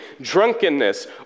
drunkenness